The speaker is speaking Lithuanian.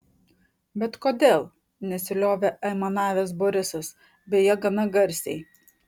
bet kodėl nesiliovė aimanavęs borisas beje gana garsiai